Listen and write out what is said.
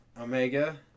Omega